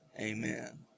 amen